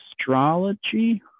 astrology